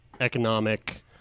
economic